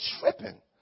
tripping